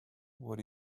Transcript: what